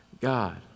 God